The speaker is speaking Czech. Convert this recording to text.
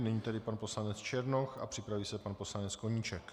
Nyní pan poslanec Černoch a připraví se pan poslanec Koníček.